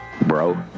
Bro